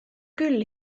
küll